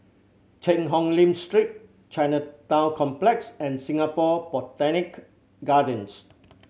Cheang Hong Lim Street Chinatown Complex and Singapore Botanic Gardens